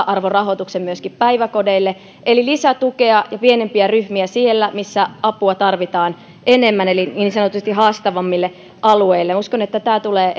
arvorahoituksen myöskin päiväkodeille eli lisätukea ja pienempiä ryhmiä sinne missä apua tarvitaan enemmän eli niin sanotusti haastavimmille alueille uskon että tämä tulee